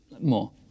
more